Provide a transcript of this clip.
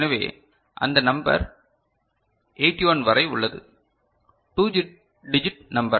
எனவே அந்த நம்பர் 81 வரை உள்ளது 2 டிஜிட் நம்பர்